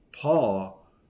Paul